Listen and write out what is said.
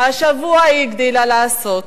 השבוע היא הגדילה לעשות.